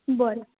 बरें